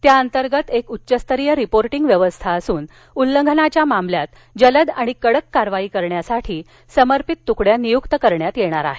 त्याअंतर्गत एक उच्चस्तरीय रिपोर्टींग व्यवस्था असून उल्लंघनाच्या मामल्यात जलद आणि कडक कारवाई करण्यासाठी समर्पित तुकड़्या नियुक्त करण्यात येणार आहेत